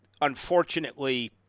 Unfortunately